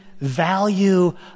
value